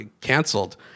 canceled